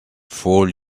four